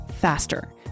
faster